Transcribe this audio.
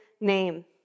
name